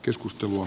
joskus tuo